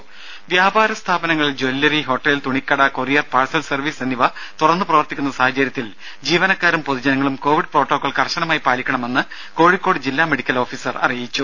രുര വ്യാപാര സ്ഥാപനങ്ങൾ ജ്വല്ലറി ഹോട്ടൽ തുണിക്കട കൊറിയർ പാഴ്സൽ സർവ്വീസ് എന്നിവ തുറന്നു പ്രവർത്തിക്കുന്ന സാഹചര്യത്തിൽ ജീവനക്കാരും പൊതുജനങ്ങളും കോവിഡ് പ്രോട്ടോകോൾ കർശനമായി പാലിക്കണമെന്ന് കോഴിക്കോട് ജില്ലാ മെഡിക്കൽ ഓഫീസർ അറിയിച്ചു